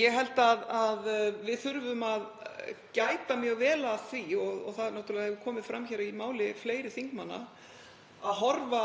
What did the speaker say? Ég held að við þurfum að gæta mjög vel að því, og það hefur náttúrlega komið fram í máli fleiri þingmanna, að horfa